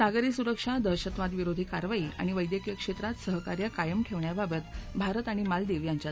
सागरी सुरक्षा दहशतवाद विरोधी कारवाई आणि वैद्यकीय क्षेत्रात सहकार्य कायम ठेवण्याबाबत भारत आणि मालदीव यांच्यात